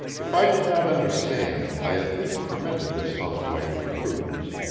if i did not understand i at least commended this housewifely prudence,